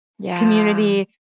community